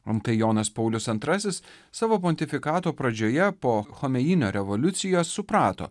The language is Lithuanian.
antai jonas paulius antrasis savo pontifikato pradžioje po chomeinio revoliucijos suprato